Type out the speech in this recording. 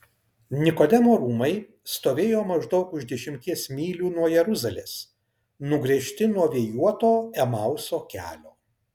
nikodemo rūmai stovėjo maždaug už dešimties mylių nuo jeruzalės nugręžti nuo vėjuoto emauso kelio